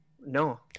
no